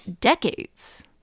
decades